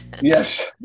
Yes